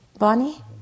Bonnie